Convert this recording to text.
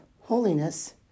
holiness